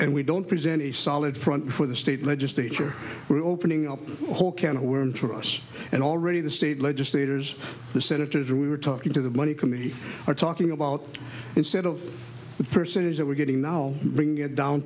and we don't present a solid front for the state legislature we're opening up a whole can of worms for us and already the state legislators the senator we were talking to the money committee are talking about instead of the percentage that we're getting now bring it down